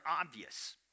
obvious